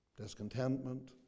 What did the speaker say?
discontentment